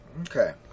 Okay